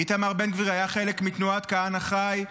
איתמר בן גביר היה חלק מתנועת כהנא חי.